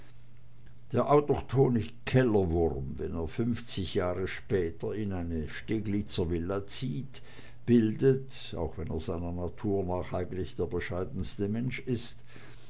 der autochthone kellerwurm wenn er fünfzig jahre später in eine steglitzer villa zieht bildet auch wenn er seiner natur nach eigentlich der bescheidenste mensch ist